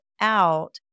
out